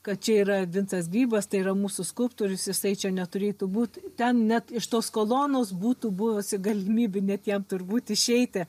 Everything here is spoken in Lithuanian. kad čia yra vincas grybas tai yra mūsų skulptorius jisai čia neturėtų būt ten net iš tos kolonos būtų buvusi galimybė net jam turbūt išeiti